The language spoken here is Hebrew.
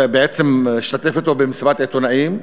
בעצם השתתף אתו במסיבת עיתונאים,